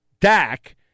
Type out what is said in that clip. Dak